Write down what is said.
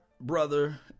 brother